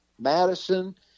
Madison